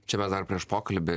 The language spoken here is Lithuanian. čia mes dar prieš pokalbį